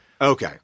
Okay